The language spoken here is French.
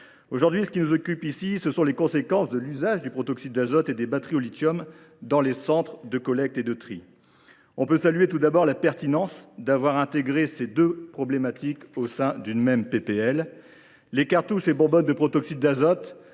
Aujourd’hui, ce qui nous occupe ici, ce sont les conséquences de l’usage du protoxyde d’azote et des batteries au lithium dans les centres de collecte et de tri. Notons tout d’abord qu’il est pertinent d’avoir intégré ces deux problématiques au sein d’une même proposition de loi. Les cartouches et les bonbonnes de protoxyde d’azote,